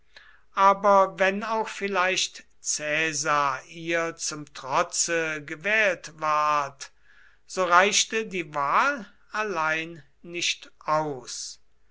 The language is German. aber wenn auch vielleicht caesar ihr zum trotze gewählt ward so reichte die wahl allein nicht aus